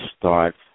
start